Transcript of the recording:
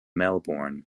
melbourne